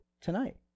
tonight